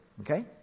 okay